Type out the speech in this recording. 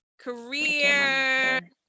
Career